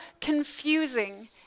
confusing